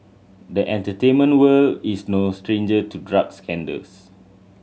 the entertainment world is no stranger to drug scandals